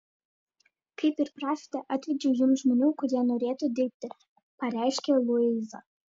kaip ir prašėte atvedžiau jums žmonių kurie norėtų dirbti pareiškia luiza